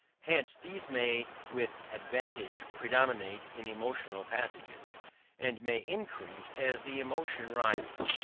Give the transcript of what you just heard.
hence these may with advantage predominate in emotional passages and may increase as the emotion rises.